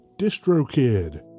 DistroKid